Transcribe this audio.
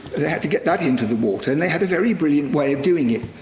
they had to get that into the water, and they had a very brilliant way of doing it.